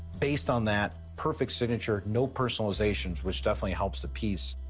based on that, perfect signature, no personalization, which definitely helps the piece,